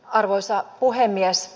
arvoisa puhemies